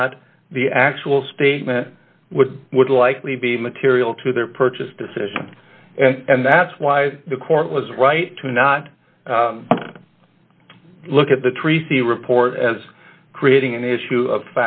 not the actual statement would would likely be material to their purchase decision and that's why the court was right to not look at the tree see report as creating an issue of